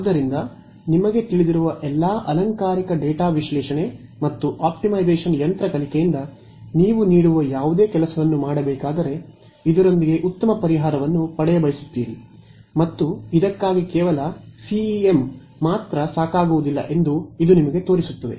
ಆದ್ದರಿಂದ ನಿಮಗೆ ತಿಳಿದಿರುವ ಎಲ್ಲಾ ಅಲಂಕಾರಿಕ ಡೇಟಾ ವಿಶ್ಲೇಷಣೆ ಮತ್ತು ಯಂತ್ರ ಕಲಿಕೆಯಿಂದ ನೀವು ನೀಡುವ ಯಾವುದೇ ಕೆಲಸವನ್ನು ಮಾಡಬೇಕಾದರೆ ಇದರೊಂದಿಗೆ ಉತ್ತಮ ಪರಿಹಾರವನ್ನು ಪಡೆಯಬಯಸುತ್ತೀರಿ ಮತ್ತು ಇದಕ್ಕಾಗಿ ಕೇವಲ ಸಿಇಎಂ ಮಾತ್ರ ಸಾಕಾಗುವುದಿಲ್ಲ ಎಂದು ಇದು ನಿಮಗೆ ತೋರಿಸುತ್ತದೆ